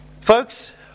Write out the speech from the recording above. Folks